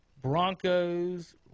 Broncos